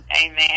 Amen